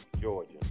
Georgia